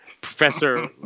Professor